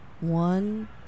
one